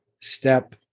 step